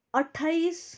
अठाइस